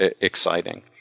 exciting